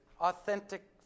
authentic